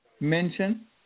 mention